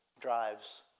drives